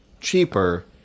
cheaper